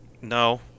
No